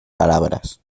palabras